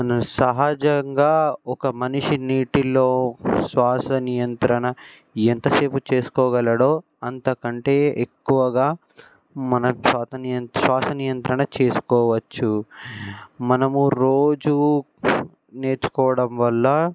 సహజంగా ఒక మనిషి నీటిలో శ్వాస నియంత్రణ ఎంతసేపు చేసుకోగలడో అంతా కంటే ఎక్కువగా మనకు స్వాత నియంత్ర శ్వాస నియంత్రణ చేసుకోవచ్చు మనము రోజు నేర్చుకోవడం వల్ల